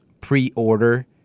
pre-order